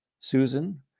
Susan